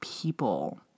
people